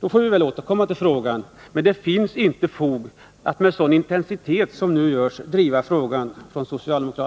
då får vi väl återkomma till frågan. Att just nu driva den med en sådan intensitet som socialdemokraterna gör, finns det dock inte fog för.